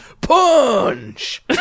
Punch